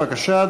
בבקשה,